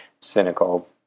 cynical